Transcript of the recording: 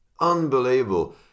unbelievable